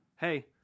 Hey